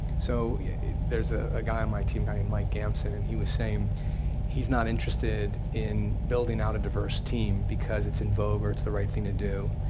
so yeah there's ah a guy on my team, a guy named mike gamson and he was saying he's not interested in building out a diverse team because it's en vogue or it's the right thing to do,